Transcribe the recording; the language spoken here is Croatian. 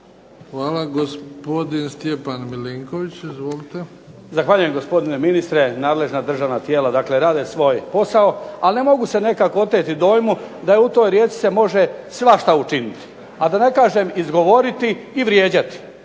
Hvala. Gospodin Stjepan Milinković. Izvolite. **Milinković, Stjepan (HDZ)** Zahvaljujem gospodine ministre. Nadležna državna tijela dakle rade svoj posao, ali ne mogu se nekako oteti dojmu da u toj Rijeci se može svašta učiniti, a da ne kažem izgovoriti i vrijeđati,